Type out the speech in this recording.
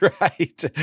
right